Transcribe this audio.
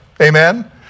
Amen